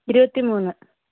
ഇരുപത്തിമൂന്ന്